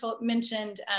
mentioned